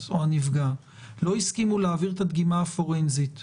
או הנפגע לא הסכימו להעביר את הדגימה הפורנזית למשטרה,